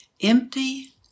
empty